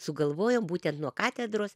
sugalvojo būtent nuo katedros